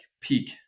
peak